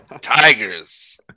Tigers